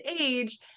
age